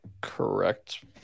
correct